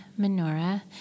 menorah